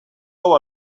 hau